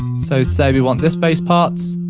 so, say, we want this base parts.